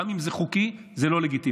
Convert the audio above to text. גם אם זה חוקי, זה לא לגיטימי.